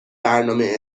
برنامه